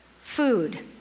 food